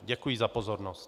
Děkuji za pozornost.